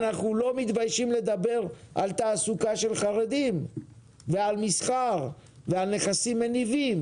אנחנו לא מתביישים לדבר על תעסוקה של חרדים ועל מסחר ועל נכסים מניבים